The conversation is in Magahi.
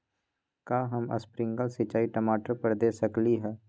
का हम स्प्रिंकल सिंचाई टमाटर पर दे सकली ह?